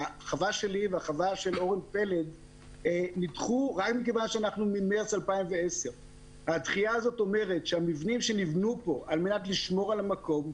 החווה שלי והחווה של אורן פלד נדחו רק מכיוון שאנחנו ממרס 2010. הדחייה הזאת אומרת שהמבחנים שנבנו פה על מנת לשמור על המקום,